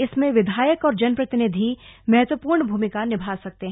इसमें विधायक और जनप्रतिनिधि महत्वपूर्ण भूमिका निभा सकते हैं